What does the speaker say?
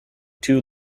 two